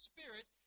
Spirit